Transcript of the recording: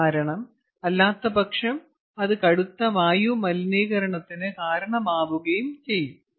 കാരണം അല്ലാത്തപക്ഷം അത് കടുത്ത വായു മലിനീകരണത്തിന് കാരണമാകുകയും ചെയ്യും